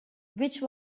which